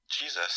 Jesus